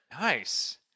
Nice